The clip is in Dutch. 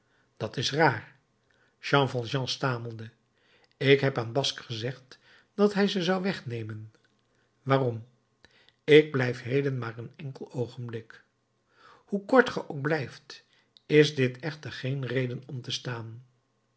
dat is raar jean valjean stamelde ik heb aan basque gezegd dat hij ze zou wegnemen waarom ik blijf heden maar een enkel oogenblik hoe kort ge ook blijft is dit echter geen reden om te staan